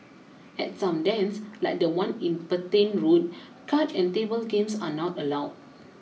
at some dens like the one in Petain Road card and table games are not allowed